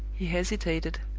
he hesitated,